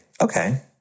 okay